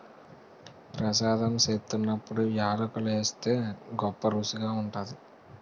ప్రసాదం సేత్తున్నప్పుడు యాలకులు ఏస్తే గొప్పరుసిగా ఉంటాది